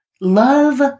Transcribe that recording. love